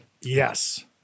Yes